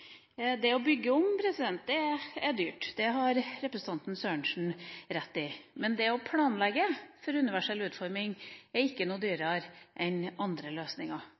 Det å bygge om er dyrt, det har representanten Sørensen rett i, men det å planlegge for universell utforming er ikke noe dyrere enn andre løsninger.